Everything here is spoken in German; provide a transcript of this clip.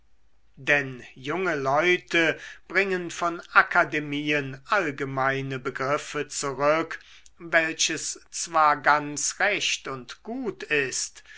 denn junge leute bringen von akademien allgemeine begriffe zurück welches zwar ganz recht und gut ist